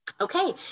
Okay